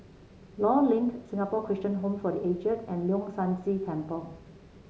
Law Link Singapore Christian Home for The Aged and Leong San See Temple